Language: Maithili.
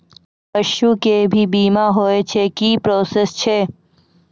पसु के भी बीमा होय छै, की प्रोसेस छै?